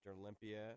Olympia